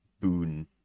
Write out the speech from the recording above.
boon